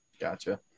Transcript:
gotcha